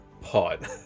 pot